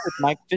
Mike